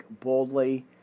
boldly